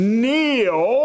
kneel